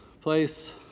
place